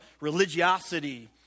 religiosity